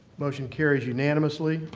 motion carries unanimously.